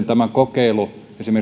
tämä kokeilu